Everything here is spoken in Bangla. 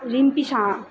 রিম্পি সাহা